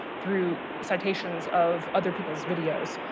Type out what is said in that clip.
through citations of other people's videos.